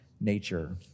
nature